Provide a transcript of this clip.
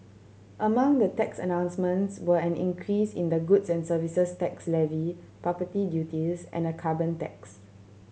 among the tax announcements were an increase in the goods and Services Tax levy property duties and a carbon tax